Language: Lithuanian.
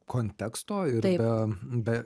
konteksto ir be be